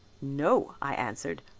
no, i answered,